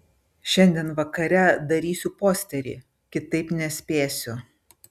šiandien vakare darysiu posterį kitaip nespėsiu